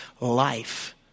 life